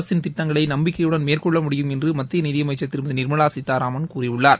அரசின் திட்டங்களை நம்பிக்ககையுடன் மேற்கொள்ள முடியும் என்று மத்திய நிதி அமைச்சர் திருமதி நிர்மலா சீதாராமன் கூறியுள்ளார்